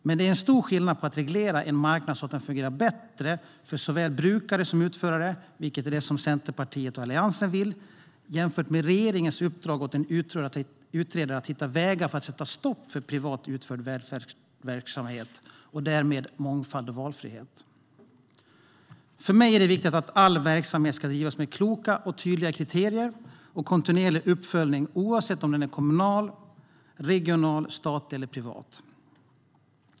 Men det är en stor skillnad på att reglera en marknad så att den fungerar bättre för såväl brukare som utförare, vilket är det som Centerpartiet och Alliansen vill, jämfört med regeringens uppdrag åt en utredare att hitta vägar för att sätta stopp för privat utförd välfärdsverksamhet och därmed för mångfald och valfrihet. För mig är det viktigt att all verksamhet ska drivas med kloka och tydliga kriterier och kontinuerlig uppföljning, oavsett om den är kommunal, regional, statlig eller privat.